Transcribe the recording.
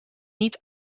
niet